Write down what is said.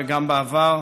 וגם בעבר,